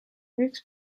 üks